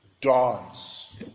dance